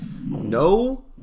no